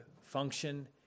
function